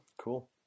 Cool